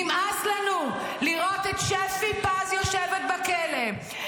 נמאס לנו לראות את שפי פז יושבת בכלא,